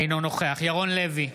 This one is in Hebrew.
אינו נוכח ירון לוי,